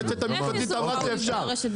היועצת המשפטית אמרה שאפשר.